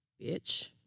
Bitch